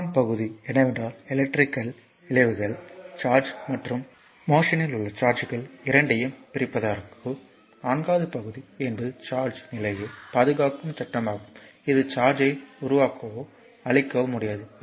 மூன்றாவது பகுதி என்னவென்றால் எலக்ட்ரிகல் விளைவுகள் சார்ஜ் மற்றும் மோஷன் இல் உள்ள சார்ஜ்கள் இரண்டையும் பிரிப்பதற்கும் நான்காவது பகுதி என்பது சார்ஜ் நிலையை பாதுகாக்கும் சட்டமாகும் இது சார்ஜ்யை உருவாக்கவோ அழிக்கவோ முடியாது